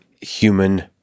human